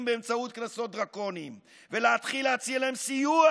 באמצעות קנסות דרקוניים ולהתחיל להציע להם סיוע,